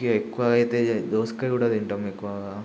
ఎక్కువైతే దోసకాయ కూడా తింటాం ఎక్కువగా